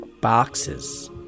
boxes